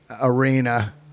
arena